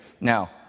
Now